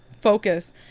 focus